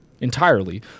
entirely